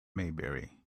maybury